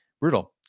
brutal